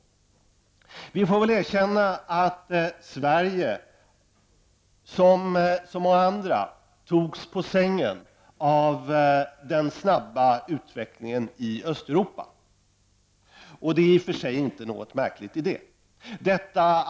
Vi får väl erkänna att Sverige, som så många andra länder, togs på sängen av den snabba utvecklingen i Östeuropa. Det är i och för sig inget märkligt med det.